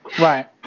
Right